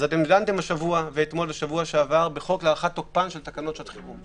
דנתם השבוע ואתמול ובשבוע שעבר בחוק להארכת תוקפן של תקנות שעת חירום.